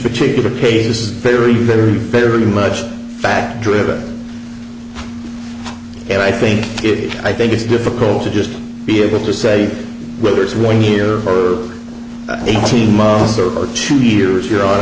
particular case is very very very much fact driven and i think it i think it's difficult to just be able to say whether it's one here for eighteen months or two years your hon